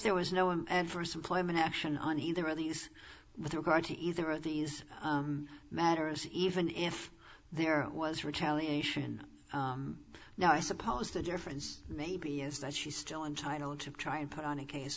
there was no an adverse employment action on either of these with regard to either of these matters even if there was retaliation now i suppose the difference maybe is that she's still entitled to try and put on a case